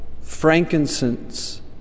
frankincense